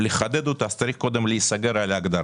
צריך קודם להיסגר על ההגדרה.